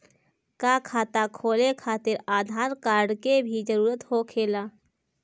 का खाता खोले खातिर आधार कार्ड के भी जरूरत होखेला?